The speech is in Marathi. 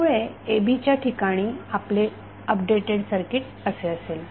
त्यामुळे ab च्या ठिकाणी आपले अपडेटेड सर्किट असे असेल